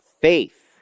faith